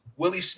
Willie